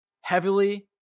heavily